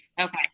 Okay